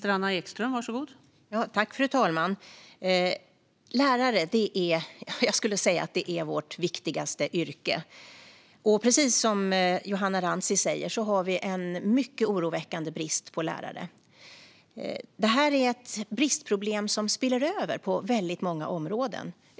Fru talman! Lärare är, skulle jag säga, vårt viktigaste yrke. Precis som Johanna Rantsi säger har vi en oroväckande brist på lärare. Det är ett bristproblem som spiller över på väldigt många områden.